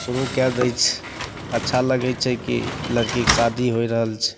शुरू कै दै छै अच्छा लगै छै कि लड़कीके शादी होइ रहल छै